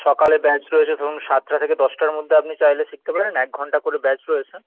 সকালে ব্যাচ রয়েছে ধরুন সাতটা থেকে দশটার মধ্যে আপনি চাইলে শিখতে পারেন এক ঘন্টা করে ব্যাচ রয়েছে